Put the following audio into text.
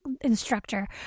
instructor